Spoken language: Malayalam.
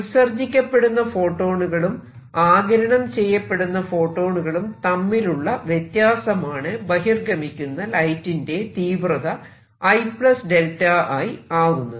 ഉത്സർജിക്കപ്പെടുന്ന ഫോട്ടോണുകളും ആഗിരണം ചെയ്യപ്പെടുന്ന ഫോട്ടോണുകളും തമ്മിലുള്ള വ്യത്യാസമാണ് ബഹിർഗമിക്കുന്ന ലൈറ്റിന്റെ തീവ്രത I 𝚫I ആകുന്നത്